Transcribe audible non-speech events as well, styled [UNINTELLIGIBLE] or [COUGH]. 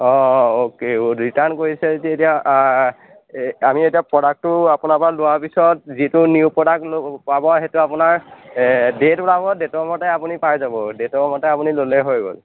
অঁ অঁ অঁ অকে [UNINTELLIGIBLE] ৰিটাৰ্ণ কৰিছে যদি এতিয়া আমি এতিয়া প্ৰডাক্টটো আপোনাৰ পৰা লোৱা পিছত যিটো নিউ প্ৰডাক্ট [UNINTELLIGIBLE] পাব সেইটো আপোনাৰ ডেট ওলাব ডেটৰ মতে আপুনি পাই যাব ডেটৰ মতে আপুনি ল'লেই হৈ গ'ল